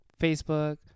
Facebook